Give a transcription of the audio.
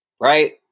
Right